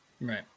Right